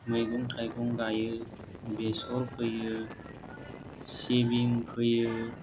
मैगं थाइगं गायो बेसर फोयो सिबिं फोयो